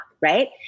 right